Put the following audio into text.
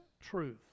truth